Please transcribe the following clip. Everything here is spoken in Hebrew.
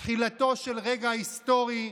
תחילתו של רגע היסטורי,